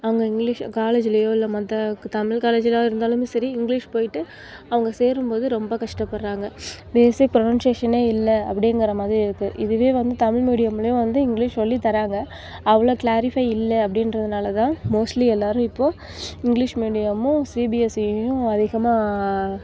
அவங்க இங்கிலிஷ் காலேஜ்லயோ இல்லை மற்ற தமிழ் காலேஜில இருந்தாலுமே சரி இங்கிலிஷ் போய்ட்டு அவங்க சேரும் போது ரொம்ப கஷ்டப்படுறாங்க பேசிக் பிரணவுன்சேஷனே இல்லை அப்படிங்குற மாதிரி இருக்குது இதுவே வந்து தமிழ் மீடியம்ளையும் இங்கிலிஷ் சொல்லி தராங்க அவ்வளோ கிளாரிஃபை இல்லை அப்படின்றதுனால தான் மோஸ்ட்லி எல்லாரும் இப்போது இங்கிலிஷ் மீடியமும் சிபிஎஸ்சியும் அதிகமாக